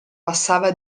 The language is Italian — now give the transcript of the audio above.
passava